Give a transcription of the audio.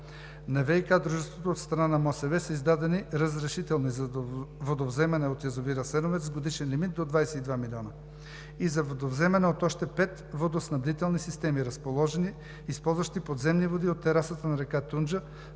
На ВиК дружеството от страна на МОСВ са издадени разрешителни за водовземане от язовир „Асеновец“ с годишен лимит до 22 милиона и за водовземане от още пет водоснабдителни системи, разположени и използващи подземни води от терасата на река Тунджа